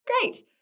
great